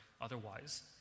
otherwise